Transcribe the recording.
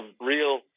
real